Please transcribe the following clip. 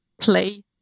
play